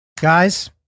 Guys